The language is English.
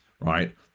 right